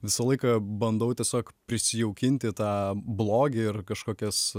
visą laiką bandau tiesiog prisijaukinti tą blogį ir kažkokias